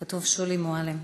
כתוב: שולי מועלם.